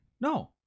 no